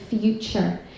future